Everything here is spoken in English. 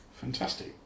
Fantastic